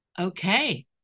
Okay